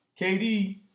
KD